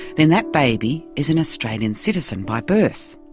then that baby is an australian citizen by birth.